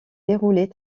déroulait